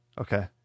Okay